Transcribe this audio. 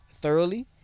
thoroughly